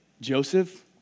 Joseph